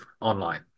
online